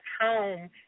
home